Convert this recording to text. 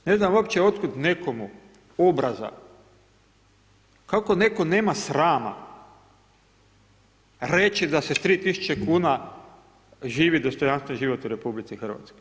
Ne znam uopće otkud nekomu obraza, kako netko nema srama reći da se sa 3000 kuna živi dostojanstveni život u RH.